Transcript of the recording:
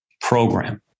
program